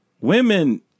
women